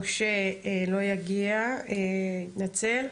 משה לא יגיע, מתנצל.